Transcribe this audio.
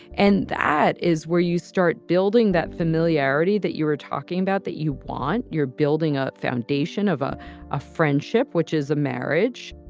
and that is where you start building that familiarity that you were talking about, that you want you're building a foundation of ah a friendship, which is a marriage